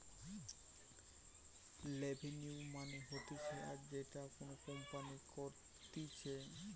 revenue মানে হতিছে আয় যেটা কোনো কোম্পানি করতিছে